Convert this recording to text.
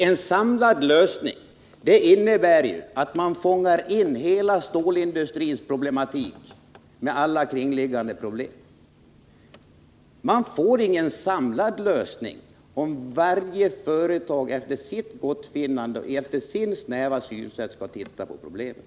En samlad lösning innebär ju att man fångar in hela stålindustrins problematik, med alla kringliggande problem. Man får ingen samlad lösning om varje företag efter sitt gottfinnande och efter sitt snäva synsätt skall se på problemen.